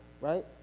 right